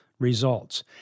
Results